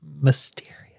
Mysterious